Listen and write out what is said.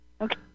Okay